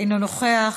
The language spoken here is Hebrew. אינו נוכח.